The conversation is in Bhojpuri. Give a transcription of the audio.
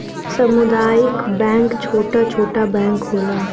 सामुदायिक बैंक छोटा छोटा बैंक होला